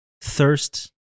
thirst